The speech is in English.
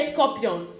Scorpion